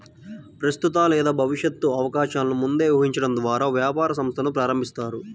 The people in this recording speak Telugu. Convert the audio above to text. ప్రస్తుత లేదా భవిష్యత్తు అవకాశాలను ముందే ఊహించడం ద్వారా వ్యాపార సంస్థను ప్రారంభిస్తారు